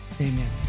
amen